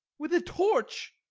with a torch!